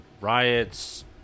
riots